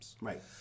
Right